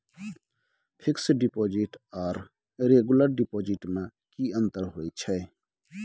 Fix deposit आर regular deposit में की अंतर होय छै?